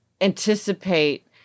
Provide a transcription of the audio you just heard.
anticipate